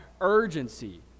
urgency